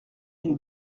une